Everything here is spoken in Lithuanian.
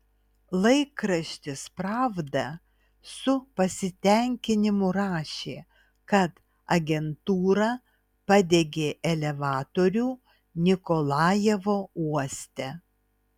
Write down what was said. laikraštis pravda su pasitenkinimu rašė kad agentūra padegė elevatorių nikolajevo uoste